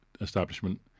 establishment